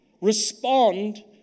respond